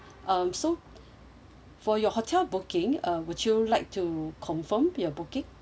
um so for your hotel booking uh would you like to confirm your booking